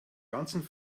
ganzen